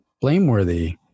blameworthy